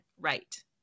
right